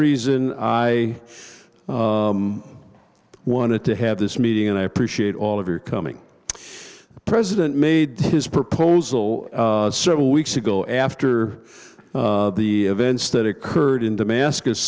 reason i wanted to have this meeting and i appreciate all of your coming the president made his proposal several weeks ago after the events that occurred in damascus